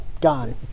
gone